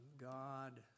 God